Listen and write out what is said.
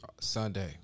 Sunday